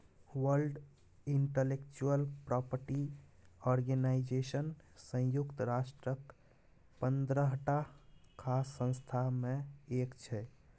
world intellectual property organization संयुक्त राष्ट्रक पंद्रहटा खास संस्था मे एक छै